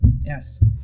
Yes